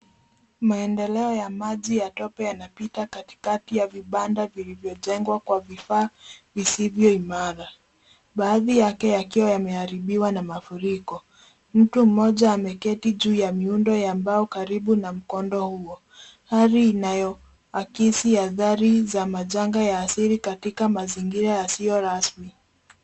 Maendeleo ya maji ya tope yanapita katikati ya vibanda vilivyojengwa kwa vifaa visivyo imara. Baadhi yake yakiwa yameharibiwa na mafuriko. Mtu mmoja ameketi juu ya miundo ya mbao karibu na mkondo huo hali inayoagiza athari za majanga ya asili katika mazingira yasiyo rasmi.